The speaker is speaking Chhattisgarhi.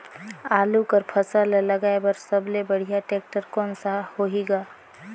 आलू कर फसल ल लगाय बर सबले बढ़िया टेक्टर कोन सा होही ग?